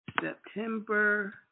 September